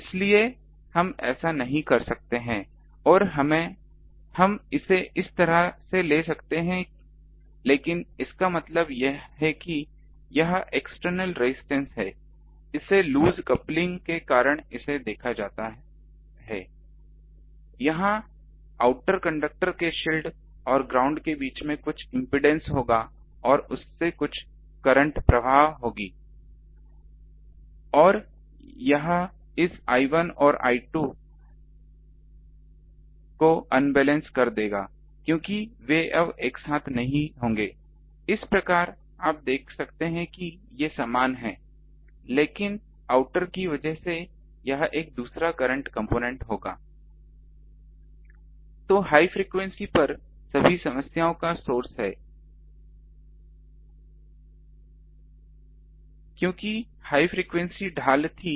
इसलिए हम ऐसा नहीं कर सकते हैं और हम इसे इस तरह से करते हैं लेकिन इसका मतलब यह है कि यहां एक्सटर्नल रजिस्टेंस है इसे लूज कपलिंग के कारण देखा जाता है कि यहां आउटर कंडक्टर के शील्ड और ग्राउंड के बीच में कुछ इंपेडेंस होगा और उससे कुछ करंट प्रवाह होगी यह इस I1 और I2 को अनबैलेंस कर देगा क्योंकि वे अब एक साथ नहीं होंगे इस प्रकार आप देख सकते हैं कि ये समान हैं लेकिन आउटर की वजह से यहां एक दूसरा करंट कंपोनेंट होगा तो हाई फ्रिकवेंसी पर सभी समस्याओं का सोर्स है क्योंकि हाई फ्रिकवेंसी ढाल थी